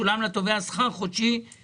בעלמה, הווי אומר שכת זה דבר שהוא נוגד את החוק.